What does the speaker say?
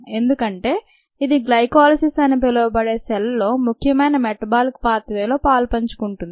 ఎందుకంటే ఇది గ్లైకోలైసిస్ అని పిలవబడే సెల్లో ముఖ్యమైన మెటబాలిక్ పాత్వే లో పాల్పంచుకుంటుంది